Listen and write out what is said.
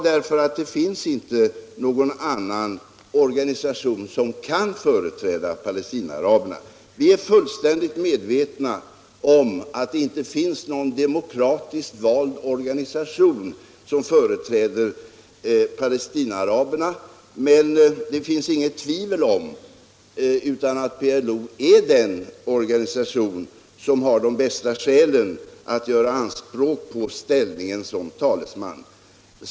Därför att det inte finns någon annan organisation som kan företräda palestinaaraberna. Vi är fullständigt medvetna om att det inte finns någon demokratiskt vald organisation som företräder pälestinaaraberna. Men det råder inget tvivel om att PLO är den organisation som har de bästa skälen att göra anspråk på ställningen som talesman.